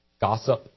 gossip